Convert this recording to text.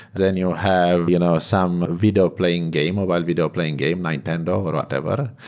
then you have you know some video playing game, mobile video playing game, nintendo, or whatever.